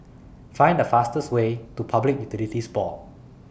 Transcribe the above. Find The fastest Way to Public Utilities Board